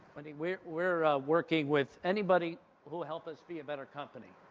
flaherty we're we're working with anybody who will help us be a better company.